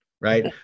Right